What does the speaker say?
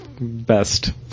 best